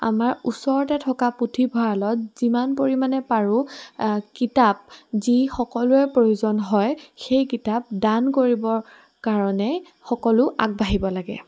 আমাৰ ওচৰতে থকা পুথিভঁৰালত যিমান পৰিমাণে পাৰোঁ কিতাপ যি সকলোৱে প্ৰয়োজন হয় সেই কিতাপ দান কৰিবৰ কাৰণে সকলো আগবাঢ়িব লাগে